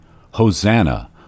Hosanna